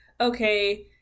Okay